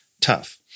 tough